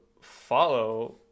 follow